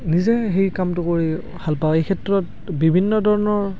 নিজে সেই কামটো কৰি ভালপাওঁ এইক্ষেত্ৰত বিভিন্ন ধৰণৰ